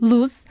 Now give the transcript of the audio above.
Luz